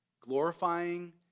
glorifying